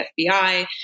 FBI